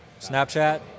Snapchat